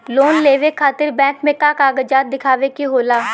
Loan लेवे खातिर bank मे का कागजात दिखावे के होला?